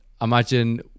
imagine